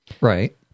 Right